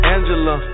Angela